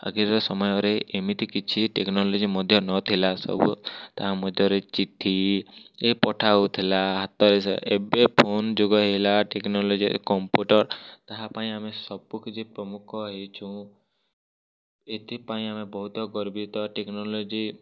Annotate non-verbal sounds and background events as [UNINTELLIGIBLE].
ଆଗେର ସମୟରେ ଏମିତି କିଛି ଟେକ୍ନୋଲୋଜି ମଧ୍ୟ ନଥିଲା ସବୁ ତା' ମଧ୍ୟରେ ଚିଠି ରେ ପଠା ହଉଥିଲା [UNINTELLIGIBLE] ଏବେ ଫୋନ ଯୁଗ ହେଇଗଲା ଟେକ୍ନୋଲୋଜିରେ କମ୍ପୁଟର୍ ତାହା ପାଇଁ ଆମେ ସବୁ କିଛି ପ୍ରମୁଖ ଏ ଯେଉଁ ଏଥିପାଇଁ ଆମେ ବହୁତ ଗର୍ବିତ ଟେକ୍ନୋଲୋଜି